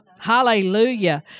Hallelujah